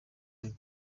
rimwe